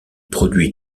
produits